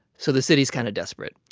so the city is kind of desperate.